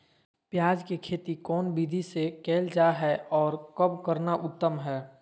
प्याज के खेती कौन विधि से कैल जा है, और कब करना उत्तम है?